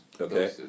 Okay